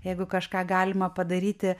jeigu kažką galima padaryti